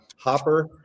hopper